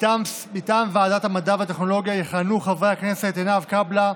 מטעם ועדת המדע והטכנולוגיה יכהנו חברי הכנסת עינב קאבלה,